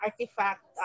artifact